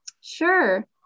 Sure